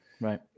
Right